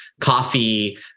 coffee